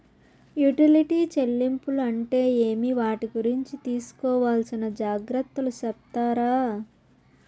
Utility చెల్లింపులు అంటే ఏమి? వాటి గురించి తీసుకోవాల్సిన జాగ్రత్తలు సెప్తారా?